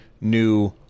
new